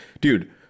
dude